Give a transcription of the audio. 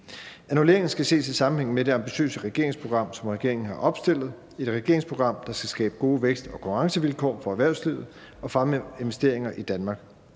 Annulleringen skal ses i sammenhæng med det ambitiøse regeringsprogram, som regeringen har opstillet, et regeringsprogram, der skal skabe gode vækst- og konkurrencevilkår for erhvervslivet og fremme investeringer i Danmark.